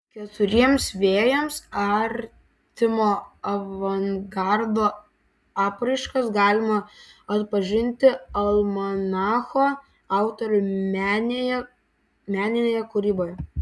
keturiems vėjams artimo avangardo apraiškas galima atpažinti almanacho autorių meninėje kūryboje